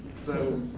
so,